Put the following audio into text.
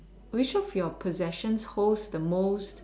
which of your possessions holds the most